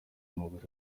umugore